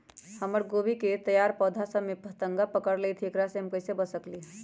हमर गोभी के तैयार पौधा सब में फतंगा पकड़ लेई थई एकरा से हम कईसे बच सकली है?